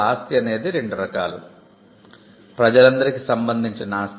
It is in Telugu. ఆస్తి అనేది రెండు రకాలు ప్రజలందరికి సంబందించిన ఆస్తి